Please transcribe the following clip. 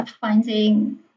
finding